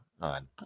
on